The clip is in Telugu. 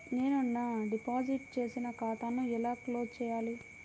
నేను నా డిపాజిట్ చేసిన ఖాతాను ఎలా క్లోజ్ చేయాలి?